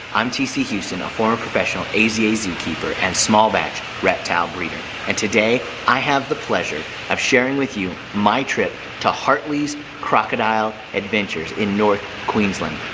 i'm tc houston a former professional aza zookeeper and small batch reptile breeder and today i have the pleasure of sharing with you my trip to hartley's crocodile adventures in north queensland.